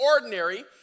ordinary